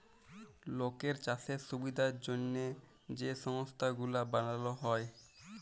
লকের চাষের সুবিধার জ্যনহে যে সংস্থা গুলা বালাল হ্যয়